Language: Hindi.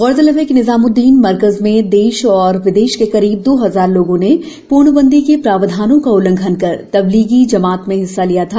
उल्लेखनीय है कि निजामुद्दीन मरकज में देश और विदेश के करीब दो हजार लोगों ने पूर्णबंदी के प्रावधानों का उल्लंघन कर तब्लीगी जमात में हिस्सा लिया था